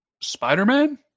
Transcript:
Spider-Man